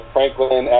Franklin